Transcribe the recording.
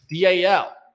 DAL